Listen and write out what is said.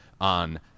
on